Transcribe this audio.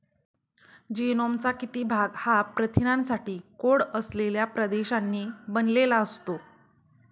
जीनोमचा किती भाग हा प्रथिनांसाठी कोड असलेल्या प्रदेशांनी बनलेला असतो?